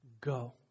go